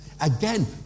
again